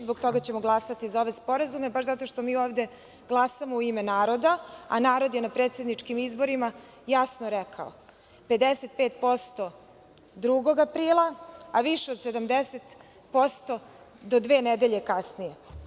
Zbog toga ćemo glasati za ove sporazume, baš zato što mi ovde glasamo u ime naroda, a narod je na predsedničkim izborima jasno rekao 55%, 2. aprila, a više od 70% do dve nedelje kasnije.